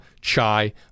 chai